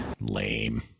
Lame